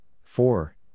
four